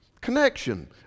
Connection